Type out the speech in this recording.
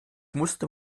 musste